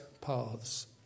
paths